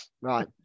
Right